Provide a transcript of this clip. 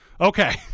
Okay